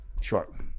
Sure